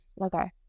Okay